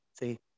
See